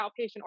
outpatient